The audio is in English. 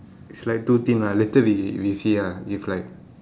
it's like too thin lah later we we see ah if like